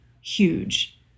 huge